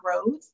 growth